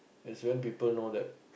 it's when people know that